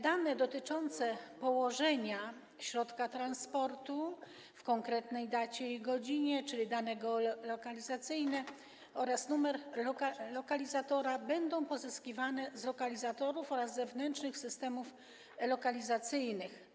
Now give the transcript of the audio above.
Dane dotyczące położenia środka transportu, a więc konkretna data i godzina, czyli dane geolokalizacyjne, oraz numer lokalizatora, będą pozyskiwane z lokalizatorów oraz zewnętrznych systemów lokalizacyjnych.